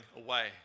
away